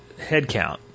headcount